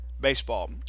baseball